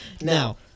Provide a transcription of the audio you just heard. Now